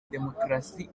demokarasi